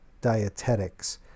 dietetics